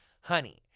Honey